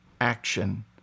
Action